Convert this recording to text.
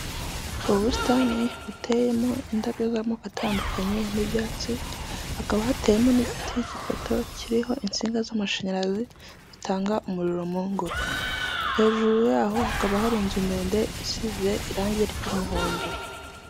Ubusitani buteyemo indabyo z'amoko atandukanye n'ibyatsi hakaba hateyemo n'igiti, cy'ipoto kiriho insinga z'amashanyarazi zitanga umuriro mu ngo, hejuru yaho hakaba hari inzu ndende isize irangi ry'umuhondo.